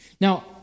Now